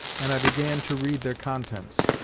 and i began to read their contents.